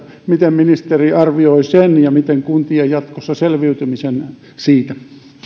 miten ministeri arvioi sen ja kuntien selviytymisen siitä